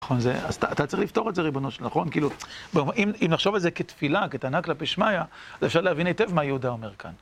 נכון, זה אז אתה צריך לפתור את זה ריבונו של, נכון? כאילו, אם נחשוב את זה כתפילה, כטענה כלפי שמעיה אז אפשר להבין היטב מה יהודה אומר כאן.